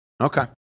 Okay